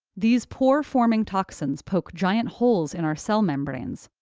these pore-forming toxins poke giant holes in our cell membranes,